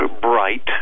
bright